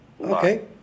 Okay